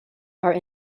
are